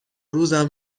روزم